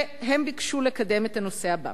והם ביקשו לקדם את הנושא הבא.